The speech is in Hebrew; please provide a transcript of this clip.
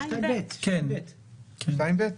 2(ב)?